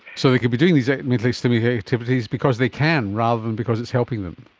so they could be doing these mentally stimulating activities because they can rather than because it's helping them.